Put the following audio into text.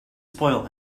spoil